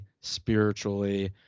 spiritually